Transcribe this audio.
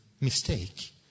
mistake